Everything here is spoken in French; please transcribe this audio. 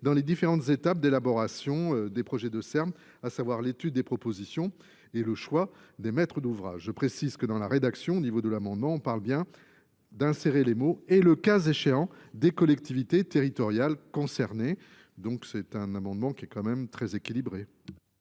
dans les différentes étapes d'élaboration des projets de E R N, à savoir l'étude des propositions et le choix des maîtres d'ouvrage. Je précise que, dans la rédaction, au niveau de l'amendement, on parle bien d'insérer les mots et, le cas échéant, des collectivités territoriales concernées. Donc c'est un amende, merci, cher collègue,